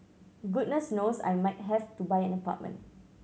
goodness knows I might have to buy an apartment